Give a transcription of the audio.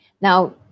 Now